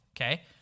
okay